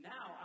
Now